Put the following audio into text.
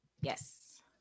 Yes